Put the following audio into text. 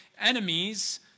enemies